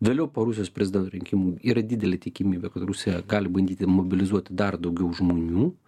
vėliau po rusijos prezidento rinkimų yra didelė tikimybė kad rusija gali bandyti mobilizuoti dar daugiau žmonių